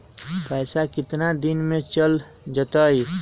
पैसा कितना दिन में चल जतई?